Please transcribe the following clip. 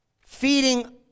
feeding